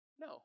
no